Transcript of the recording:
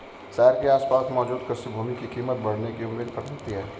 शहर के आसपास मौजूद कृषि भूमि की कीमत बढ़ने की उम्मीद रहती है